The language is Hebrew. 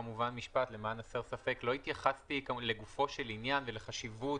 כמובן משפט למען הסר ספק: לא התייחסתי לגופו של עניין ולחשיבות